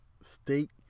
state